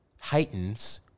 heightens